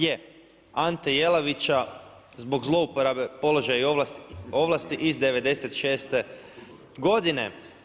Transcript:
Je, Ante Jelavića zbog zlouporabe položaja i ovlasti iz '96. godine.